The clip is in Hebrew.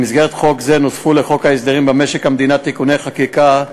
במסגרת חוק זה נוספו לחוק הסדרים במשק המדינה (תיקוני חקיקה),